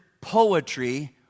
poetry